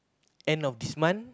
end of this month